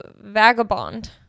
vagabond